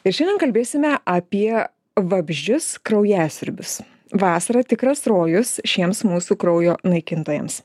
ir šiandien kalbėsime apie vabzdžius kraujasiurbius vasara tikras rojus šiems mūsų kraujo naikintojams